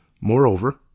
Moreover